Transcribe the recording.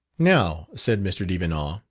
now, said mr. devenant,